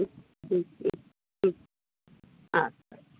হুম হুম হুম আচ্ছা